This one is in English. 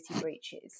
breaches